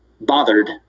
bothered